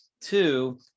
two